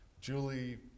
Julie